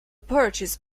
purchase